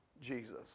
Jesus